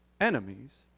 enemies